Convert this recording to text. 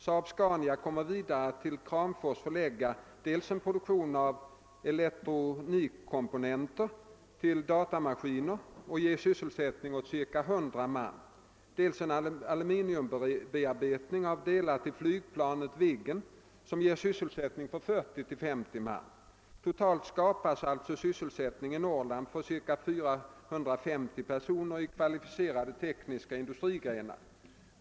SAAB-Scania kommer vidare att till Kramfors förlägga dels en produktion av elektronikkomponenter till datamaskiner som ger sysselsättning åt ca 100 man, dels en aluminiumbearbet ning av delar till flygplanet Viggen som ger sysselsättning åt 40—50 man. Totalt skapas alltså sysselsättning i Norrland för 450 personer i kvalificerade tekniska industrigrenar.